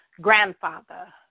grandfather